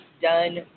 done